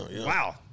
Wow